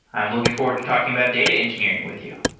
i'm looking forward to talking about data engineering with you.